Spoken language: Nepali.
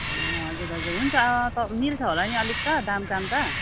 ए हजुर हजुर हुन्छ मिल्छ होला नि अलिक त दामकाम त